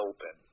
Open